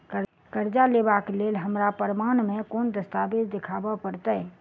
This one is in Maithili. करजा लेबाक लेल हमरा प्रमाण मेँ कोन दस्तावेज देखाबऽ पड़तै?